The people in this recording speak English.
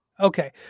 Okay